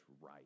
right